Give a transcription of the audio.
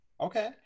Okay